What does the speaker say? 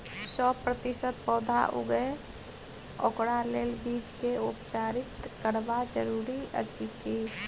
सौ प्रतिसत पौधा उगे ओकरा लेल बीज के उपचारित करबा जरूरी अछि की?